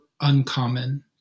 uncommon